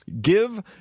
give